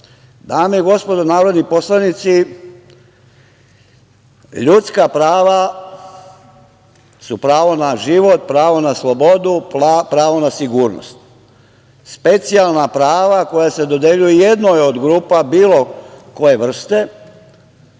i gospodo narodni poslanici, ljudska prava su pravo na život, pravo na slobodu, pravo na sigurnost. Specijalna prava koja se dodeljuju jednoj od grupa bilo koje vrste